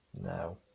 No